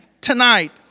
tonight